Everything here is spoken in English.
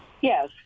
Yes